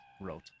wrote